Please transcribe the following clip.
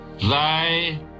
Thy